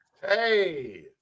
hey